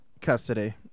custody